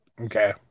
Okay